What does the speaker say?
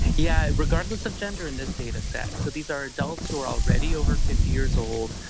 yeah regardless of gender in this dataset, so these are adults who are already over fifty years old,